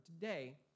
today